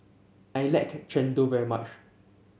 I like Chendol very much